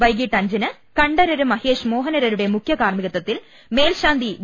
വൈകീട്ട് അഞ്ചിന് കണ്ഠരർ മഹേഷ് മോഹനരരുടെ മുഖ്യ കാർമ്മികത്പത്തിൽ മേൽശാന്തി വി